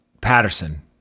Patterson